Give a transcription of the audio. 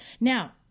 Now